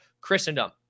Christendom